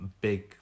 big